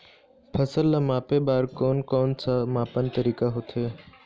फसल ला मापे बार कोन कौन सा मापन तरीका होथे?